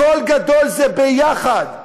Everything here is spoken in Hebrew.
קול גדול זה יחד.